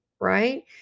right